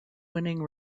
winning